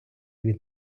від